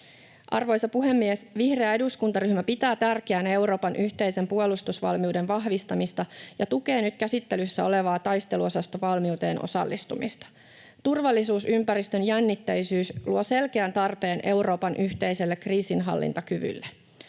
Arvoisa puhemies! Vihreä eduskuntaryhmä pitää tärkeänä Euroopan yhteisen puolustusvalmiuden vahvistamista ja tukee nyt käsittelyssä olevaa taisteluosastovalmiuteen osallistumista. Turvallisuusympäristön jännitteisyys luo selkeän tarpeen Euroopan yhteiselle kriisinhallintakyvylle.